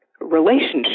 relationship